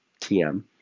TM